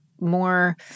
more